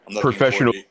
Professional